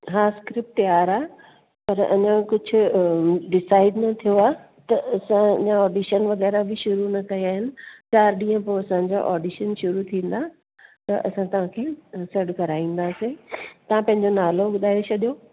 हा स्क्रिप्ट तयार आहे पर अञा कुझु डिसाइड न थियो आहे त अञा ऑडिशन वग़ैरह बि शुरू न कया आहिनि चारि ॾींहं पोइ असांजा ऑडिशन शुरू थींदा त असां तव्हांखे सॾु कराईंदासीं तव्हां पंहिंजो नालो ॿुधाए छॾियो